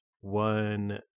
one